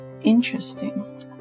Interesting